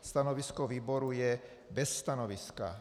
Stanovisko výboru je bez stanoviska.